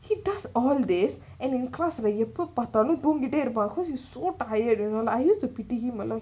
he does all these and in class where he எப்பபாத்தாலும்தூங்கிட்டேஇருப்பாங்க: eppa pathalum dhungikite iruppanga cause he's so tired you know and I used to pity him a lot